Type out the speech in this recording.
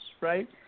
right